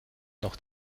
noch